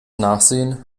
nachsehen